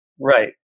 Right